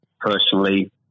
personally